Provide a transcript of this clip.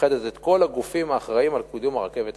המאחדות את כל הגופים האחראים לקידום הרכבת הקלה.